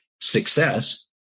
success